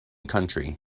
country